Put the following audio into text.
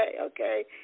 okay